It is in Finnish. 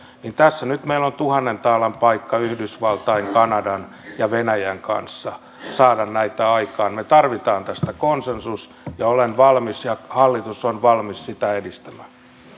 on tässä nyt tuhannen taalan paikka yhdysvaltain kanadan ja venäjän kanssa saada näitä aikaan me tarvitsemme tästä konsensuksen ja olen valmis ja hallitus on valmis sitä edistämään